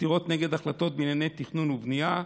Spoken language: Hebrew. עתירות נגד החלטות בענייני תכנון ובנייה,